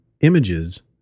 images